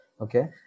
Okay